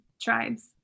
tribes